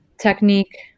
technique